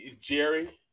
jerry